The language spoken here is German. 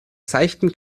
seichten